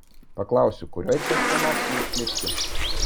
paklausiu kurioj čia astanovkėj išlipti